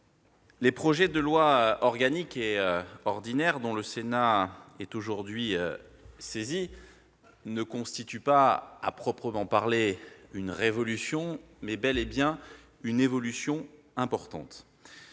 les projets de loi organique et ordinaire dont le Sénat est aujourd'hui saisi ne constituent pas à proprement parler une révolution ; ils représentent néanmoins une évolution importante.